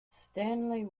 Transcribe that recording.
stanley